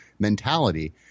Mentality